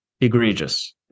Egregious